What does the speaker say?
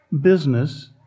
business